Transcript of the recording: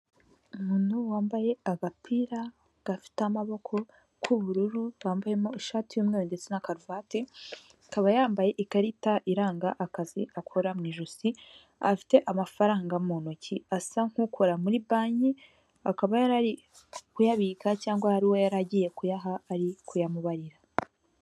Umuntu wambaye agapira gafite amaboko k’ubururu, wambayemo ishati y’umweru ndetse na karuvati, akaba yambaye ikarita iranga akazi akora mu ijosi. Afite amafaranga mu ntoki asa nk’ukora muri banki, akaba yari kuyabika cyangwa hari uwo yari agiye kuyaha, ari kuyamubarira.